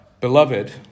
Beloved